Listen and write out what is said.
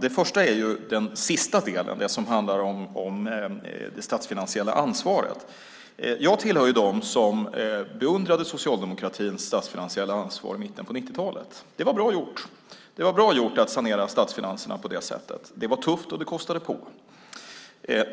Det första är den sista delen, det som handlar om det statsfinansiella ansvaret. Jag tillhör dem som beundrade socialdemokratins statsfinansiella ansvar i mitten av 90-talet. Det var bra gjort att sanera statsfinanserna på det sättet. Det var tufft, och det kostade på.